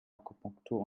akupunktur